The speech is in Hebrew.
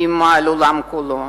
איימה על העולם כולו,